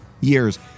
years